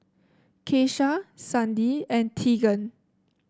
Keisha Sandi and Teagan